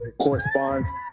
corresponds